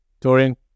Dorian